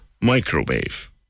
microwave